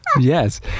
Yes